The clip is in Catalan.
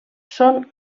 són